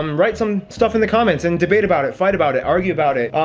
um write some stuff in the comments and debate about it, fight about it, argue about it.